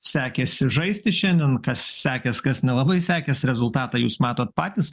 sekėsi žaisti šiandien kas sekės kas nelabai sekės rezultatą jūs matot patys